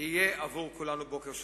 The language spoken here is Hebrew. יהיה עבור כולנו בוקר שונה.